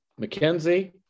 McKenzie